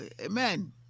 Amen